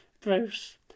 Bruce